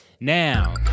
now